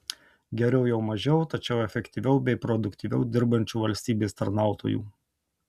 geriau jau mažiau tačiau efektyviau bei produktyviau dirbančių valstybės tarnautojų